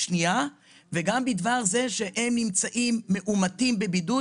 וגם בדבר זה שהם נמצאים מאומתים בבידוד,